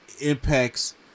impacts